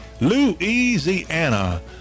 Louisiana